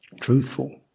truthful